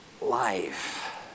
life